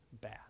bad